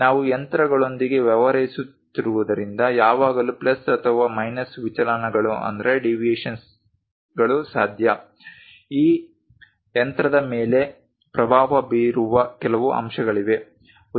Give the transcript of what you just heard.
ನಾವು ಯಂತ್ರಗಳೊಂದಿಗೆ ವ್ಯವಹರಿಸುತ್ತಿರುವುದರಿಂದ ಯಾವಾಗಲೂ ಪ್ಲಸ್ ಅಥವಾ ಮೈನಸ್ ವಿಚಲನಗಳು ಸಾಧ್ಯ ಈ ಯಂತ್ರದ ಮೇಲೆ ಪ್ರಭಾವ ಬೀರುವ ಹಲವು ಅಂಶಗಳಿವೆ